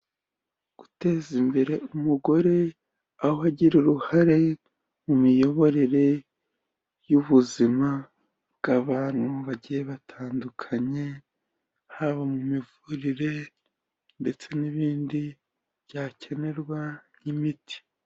Guteza imbere umugore aho agira uruhare mu miyoborere y'ubuzima bw'abantu bagiye batandukanye, haba mu mivurire ndetse n'ibindi byakenerwa nk'imiti.